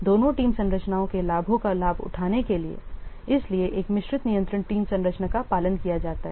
दोनों टीम संरचनाओं के लाभों का लाभ उठाने के लिए इसलिए एक मिश्रित नियंत्रण टीम संरचना का पालन किया जाता है